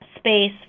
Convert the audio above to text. space